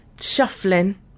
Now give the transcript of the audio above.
shuffling